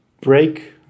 break